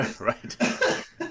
Right